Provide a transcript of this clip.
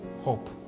hope